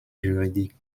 juridique